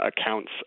accounts